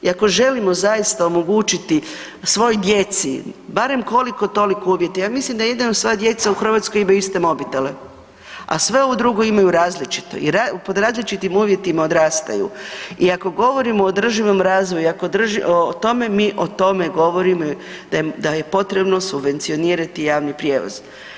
I ako želimo zaista omogućiti svoj djeci, barem koliko toliko uvjete, ja mislim da jedino sva djeca u Hrvatskoj imaju iste mobitele, a sve ovo drugo imaju različito i pod različitim uvjetima odrastaju i ako govorimo o održivom razvoju i mi o tome govorimo da je potrebno subvencionirati javni prijevoz.